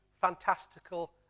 fantastical